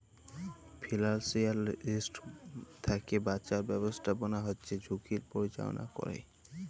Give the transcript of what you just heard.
financial risk থ্যাকে বাঁচার ব্যাবস্থাপনা হচ্যে ঝুঁকির পরিচাললা ক্যরে